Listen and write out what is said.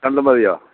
ഞണ്ട് മതിയോ